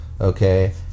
okay